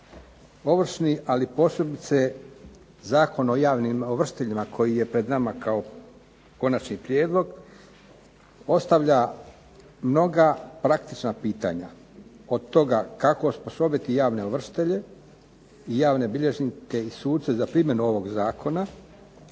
Ovršni, ali posebice Zakon o javnim ovršiteljima koji je pred nama kao konačni prijedlog, postavlja mnoga praktična pitanja, od toga kako osposobiti javne ovršitelje, javne bilježnike i suce za primjenu ovog zakona,